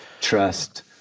trust